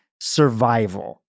survival